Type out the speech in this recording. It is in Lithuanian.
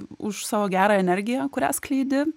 už savo gerą energiją kurią skleidi